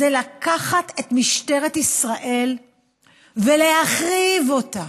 זה לקחת את משטרת ישראל ולהחריב אותה,